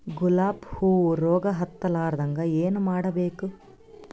ಗುಲಾಬ್ ಹೂವು ರೋಗ ಹತ್ತಲಾರದಂಗ ಏನು ಮಾಡಬೇಕು?